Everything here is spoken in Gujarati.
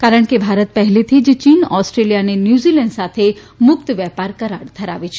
કારણ કે ભારત પહેલેથી જ ચીન ઓસ્ટ્રેલિયા અને ન્યૂઝીલેન્ડ સાથે મુક્ત વેપાર કરાર ધરાવે છે